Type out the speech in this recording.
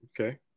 Okay